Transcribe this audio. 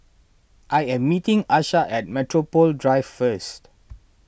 I am meeting Asha at Metropole Drive first